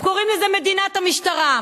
קוראים לזה מדינת משטרה.